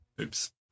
oops